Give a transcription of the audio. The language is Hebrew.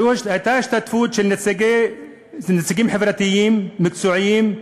הייתה השתתפות של נציגים חברתיים מקצועיים,